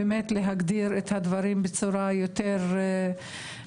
להגדיר את הדברים בצורה יותר ברורה,